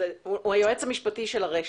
איך זה מסתדר?